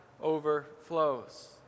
overflows